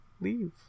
leave